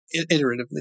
iteratively